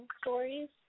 stories